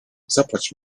zapłać